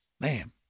Man